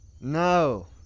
No